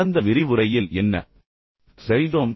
கடந்த விரிவுரையில் நாம் என்ன செய்தோம்